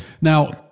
now